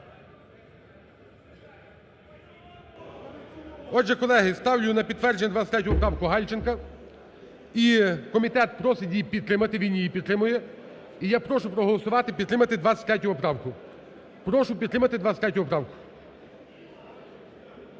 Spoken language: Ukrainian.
Отже, колеги, ставлю на підтвердження 23 поправку Гальченка і комітет просить її підтримати, він її підтримує. І я прошу проголосувати, підтримати 23 поправку, прошу підтримати 23 поправку.